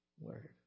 Word